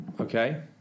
okay